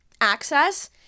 access